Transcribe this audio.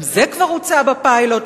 גם זה כבר הוצא בפיילוט.